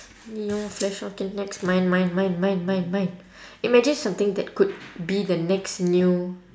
no flash okay next mine mine mine mine mine mine imagine something that could be the next new